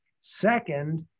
Second